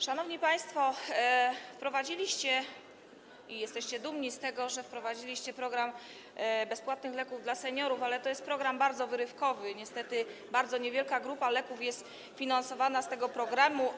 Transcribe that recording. Szanowni państwo, wprowadziliście, i jesteście z tego dumni, program bezpłatnych leków dla seniorów, ale to jest program bardzo wyrywkowy i niestety bardzo niewielka grupa leków jest finansowana z tego programu.